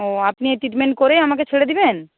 ও আপনি ট্রিটমেন্ট করেই আমাকে ছেড়ে দেবেন